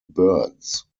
birds